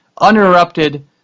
uninterrupted